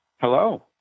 Hello